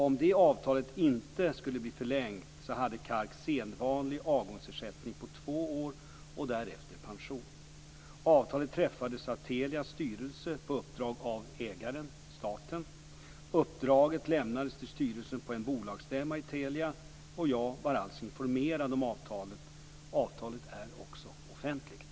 Om det avtalet inte skulle bli förlängt hade Kark sedvanlig avgångsersättning på två år och därefter pension. Avtalet träffades av Telias styrelse på uppdrag av ägaren staten. Uppdraget lämnades till styrelsen på en bolagsstämma i Telia. Jag var alltså informerad om avtalet. Avtalet är offentligt.